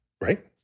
right